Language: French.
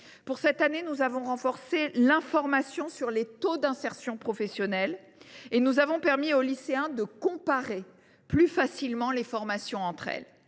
Cette année, nous avons renforcé l’information sur les taux d’insertion professionnelle, et nous avons permis aux lycéens de comparer plus facilement les formations entre elles.